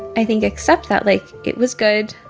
i think, accept that, like, it was good.